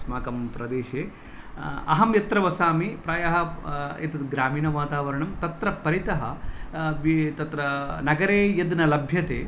अस्माकं प्रदेशे अहं यत्र वसामि प्रायः एतद् ग्रामीणवातावरणं तत्र परितः अपि तत्र नगरे यद् न लभ्यते